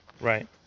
right